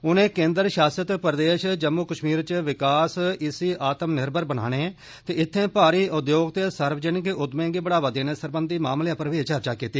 उनें केन्द्र शासत प्रदेश जम्मू कश्मीर दे विकास इसी आत्म निर्मर बनाने ते इत्थें भारी उद्योग ते सार्वजनिक उद्यमें गी बढ़ावा देने सरबंधी मामलें पर बी चर्चा कीती